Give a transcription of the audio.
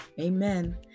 Amen